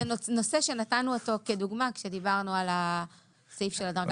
זה נושא שנתנו אותו כדוגמה כשדיברנו על הסעיף של דרגת הנכות המיוחדת.